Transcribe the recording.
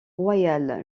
royal